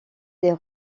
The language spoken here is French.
des